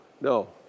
No